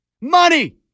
Money